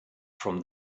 from